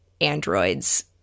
androids